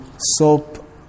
soap